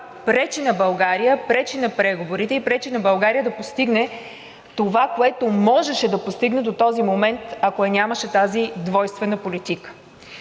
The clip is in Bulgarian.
пречи на България, пречи на преговорите и пречи на България да постигне това, което можеше да постигне до този момент, ако я нямаше тази двойствена политика.